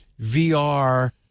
VR